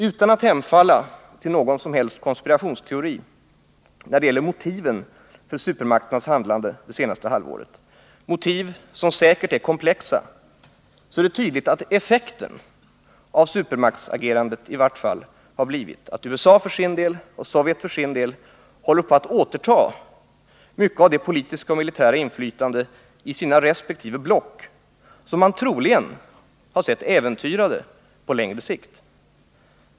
Utan att hemfalla åt någon konspirationsteori när det gäller motiven för supermakternas handlande det senaste halvåret — motiv som säkert är komplexa — kan man tydligt se att effekten av supermaktsagerandet i vart fall har blivit att USA för sin del och Sovjetunionen för sin del håller på att återta mycket av det politiska och militära inflytande i sina resp. block som man troligen sett äventyrat på längre sikt.